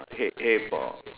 okay a for